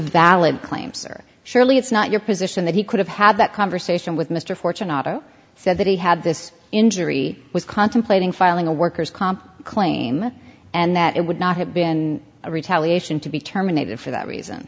valid claims or surely it's not your position that he could have had that conversation with mr fortune otto said that he had this injury was contemplating filing a worker's comp claim and that it would not have been a retaliation to be terminated for that reason